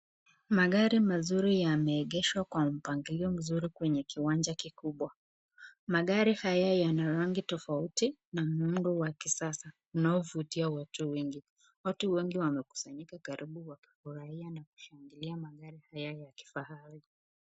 Magari mazuri yameegeshwa kwa mpangilio mzuri kwenye kiwanja kikubwa. Magari haya yana rangi tofauti na muundo wa kisasa unaovutia watu wengi. Watu wengi wamekusanyika karibu wakifurahia na kushangilia magari haya ya kifahari.